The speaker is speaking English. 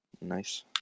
Nice